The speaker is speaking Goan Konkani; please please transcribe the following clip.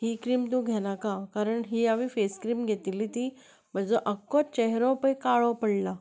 ही क्रीम तूं घेवनाका कारण ही हांवें फेस क्रीम घेतिल्ली ती म्हजो आख्खो चेहरो पळय काळो पडला